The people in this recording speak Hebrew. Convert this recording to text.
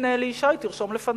הנה, אלי ישי, תרשום לפניך.